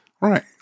Right